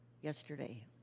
yesterday